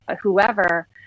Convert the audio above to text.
whoever